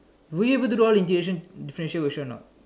were you able to do all the differentiation questions or not